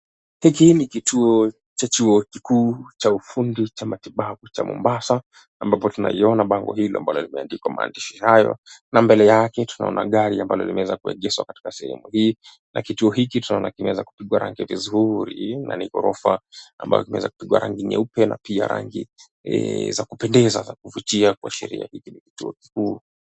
Hiki ni kituo cha chuo kikuu cha ufundi cha matibabu cha Mombasa ambapo tunaliona bango hilo ambalo limeandikwa maandishi hayo na mbele yake tunaona gari ambalo limeweza kuegeshwa katika sehemu hii na kituo hiki tunaona kimeweza kupigwa rangi vizuri na ni ghorofa ambapo kimeweza kupigwa rangi nyeupe na pia rangi za kupendeza za kuvutia kuashiria hiki ni kituo kikuu.